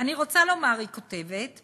אני רוצה לומר, היא אומרת,